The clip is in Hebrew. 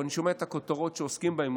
או אני שומע את הכותרות שעוסקים בהן,